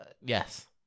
Yes